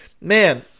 man